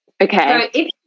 Okay